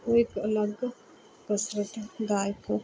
ਉਹ ਇੱਕ ਅਲੱਗ ਕਸਰਤ ਦਾ ਇੱਕ